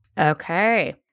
Okay